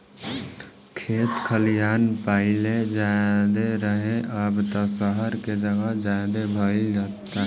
खेत खलिहान पाहिले ज्यादे रहे, अब त सहर के जगह ज्यादे भईल जाता